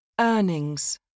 Earnings